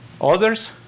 others